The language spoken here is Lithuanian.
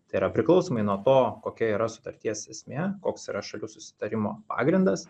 tai yra priklausomai nuo to kokia yra sutarties esmė koks yra šalių susitarimo pagrindas